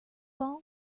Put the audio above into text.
all